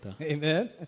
Amen